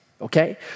okay